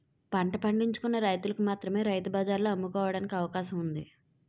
పంట పండించుకున్న రైతులకు మాత్రమే రైతు బజార్లలో అమ్ముకోవడానికి అవకాశం ఉంది